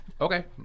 Okay